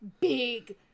big